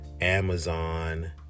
Amazon